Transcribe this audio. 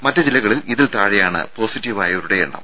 മറ്റു ജില്ലകളിൽ ഇതിൽ താഴെയാണ് പോസിറ്റീവായവരുടെ എണ്ണം